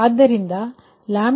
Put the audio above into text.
ಆದ್ದರಿಂದ 1dC1dPg10